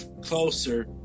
closer